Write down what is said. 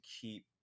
keep